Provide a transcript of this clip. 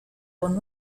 con